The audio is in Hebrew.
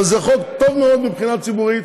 אבל זה חוק טוב מאוד מבחינה ציבורית,